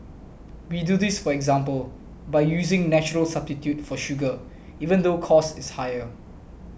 we do this for example by using natural substitute for sugar even though cost is higher